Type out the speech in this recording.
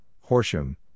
Horsham